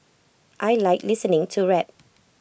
I Like listening to rap